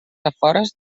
afores